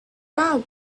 that